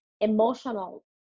emotional